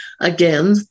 again